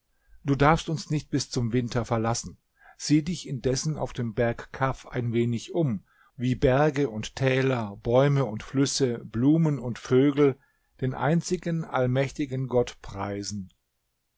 du darfst uns nicht bis zum winter verlassen sieh dich indessen auf dem berg kaf ein wenig um wie berge und täler bäume und flüsse blumen und vögel den einzigen allmächtigen gott preisen